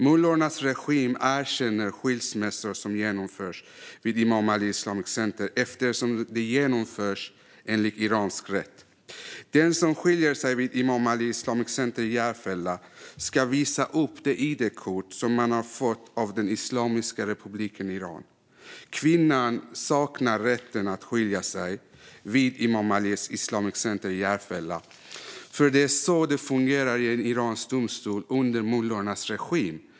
Mullornas regim erkänner skilsmässor som genomförs vid Imam Ali Islamic Center eftersom de genomförs enligt iransk rätt. Den som skiljer sig vid Imam Ali Islamic Center i Järfälla ska visa upp det id-kort som personen har fått av Islamiska republiken Iran. Kvinnan saknar rätt att skilja sig vid Imam Ali Islamic Center i Järfälla, för det är så det fungerar i en iransk domstol under mullornas regim.